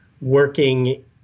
working